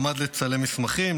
למד לצלם מסמכים,